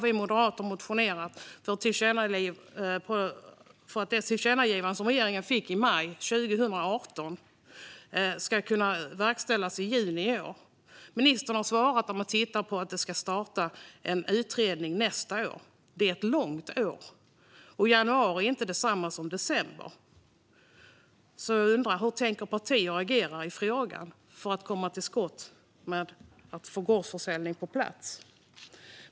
Vi moderater från Skåne har motionerat för att det tillkännagivande som regeringen fick i maj 2018 ska kunna verkställas i juni i år. Ministern har svarat att man tittar på att starta en utredning nästa år. Ett år är långt, och januari är inte detsamma som december. Jag undrar därför hur partierna tänker agera i frågan för att komma till skott med att få gårdsförsäljning på plats.